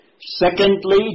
Secondly